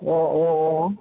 औ औ औ